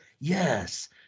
yes